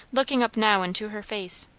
looking up now into her face.